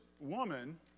woman